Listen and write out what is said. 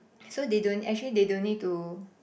so they don't actually they don't need to